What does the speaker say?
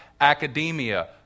academia